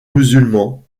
musulmans